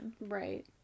Right